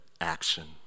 action